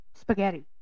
spaghetti